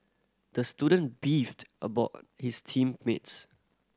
the student beefed about his team mates